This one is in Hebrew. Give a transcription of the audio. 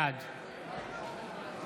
בעד